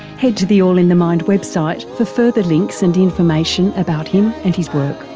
head to the all in the mind website for further links and information about him and his work.